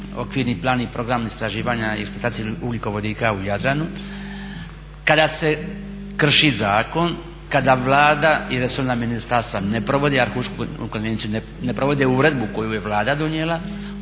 okvirni pravni program istraživanja i eksploatacije ugljikovodika u Jadranu, kada se krši zakon, kada Vlada i resorna ministarstva ne provodi Arhušku konvenciju, ne provode uredbu koju je Vlada donijela